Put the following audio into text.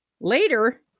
Later